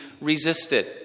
resisted